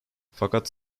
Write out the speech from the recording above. fakat